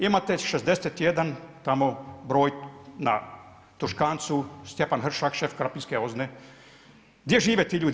Imate 61 tamo broj na Tuškancu Stjepan Hršak šef krapinske OZNA-e, gdje žive ti ljudi?